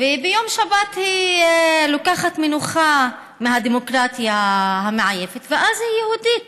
וביום שבת היא לוקחת מנוחה מהדמוקרטיה המעייפת ואז היא יהודית.